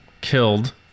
killed